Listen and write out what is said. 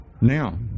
now